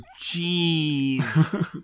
jeez